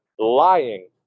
Lying